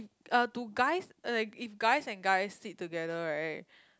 uh do guys uh like it's guys and guys sit together right